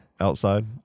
outside